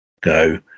go